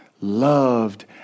Loved